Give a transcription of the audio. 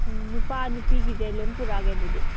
ꯎꯝ ꯅꯨꯄꯥ ꯅꯨꯄꯤꯒꯤꯁꯦ ꯂꯣꯏ ꯄꯨꯔꯛꯂꯒꯦ ꯑꯗꯨꯗꯤ